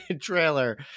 trailer